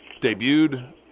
debuted